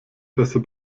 besser